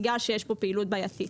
בגלל שיש פה פעילות בעייתית.